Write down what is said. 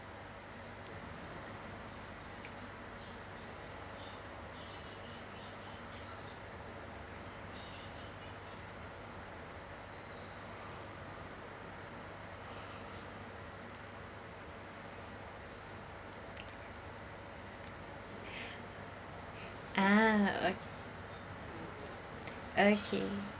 ah okay okay